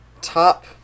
top